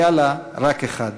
היה לה רק אחד.